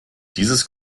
dieses